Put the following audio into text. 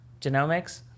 Genomics